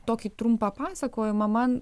tokį trumpą pasakojimą man